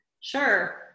sure